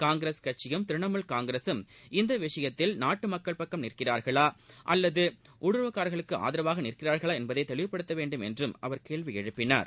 காங்கிரஸ் கட்சியும் திரிணமூல் காங்கிரஸும் இந்த விஷயத்தில் நாட்டு மக்கள் பக்கம் நிற்கிறார்களா அல்லது ஊடுருவல்காரர்களுக்கு ஆதரவாக நிற்கிறார்களை என்பதை தெளிவபடுத்த வேண்டுமென்றும் அவர் கேள்வி எழுப்பினார்